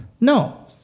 No